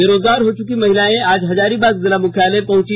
बेरोजगार हो चुकी महिलाएं आज हजारीबाग जिला मुख्यालय पहुंची